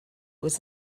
was